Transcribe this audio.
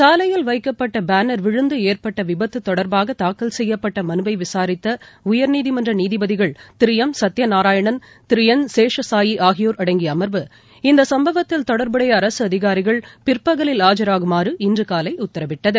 சாலையில் வைக்கப்பட்டபேனர் விழுந்துஏற்பட்டவிபத்துதொடர்பாகதாக்கல் செய்யப்பட்டமலுவைவிசாரித்தஉயர்நீதிமன்றநீதிபதிகள் திருஎம் சத்யநாராயணன என் சேஷசாயி ஆகியோர் அடங்கியஅமர்வு இந்தசம்பவத்தில் தொடர்புடையஅரசுஅதிகாரிகள் பிற்பகலில் ஆஜராகுமாறு இன்றுகாலைஉத்தரவிட்டது